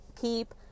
keep